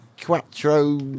quattro